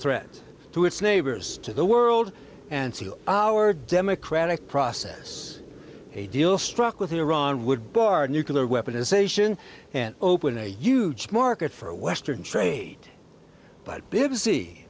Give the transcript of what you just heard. threat to its neighbors to the world and still our democratic process a deal struck with iran would bar nuclear weapon is sation and open a huge market for western trade but